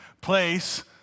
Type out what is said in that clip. place